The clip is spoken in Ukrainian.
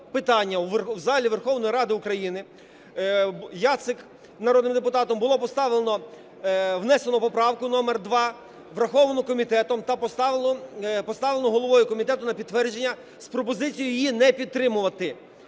в залі Верховної Ради України Яцик, народним депутатом, було внесено поправку номер 2, враховану комітетом та поставлену головою комітету на підтвердження з пропозицією її не підтримувати,